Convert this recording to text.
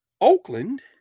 Oakland